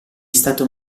stato